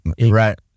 Right